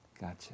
Gotcha